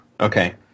okay